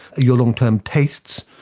your long-term tastes,